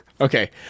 Okay